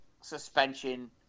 suspension